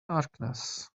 darkness